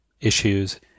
issues